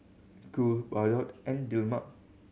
Cool Bardot and Dilmah